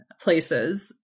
places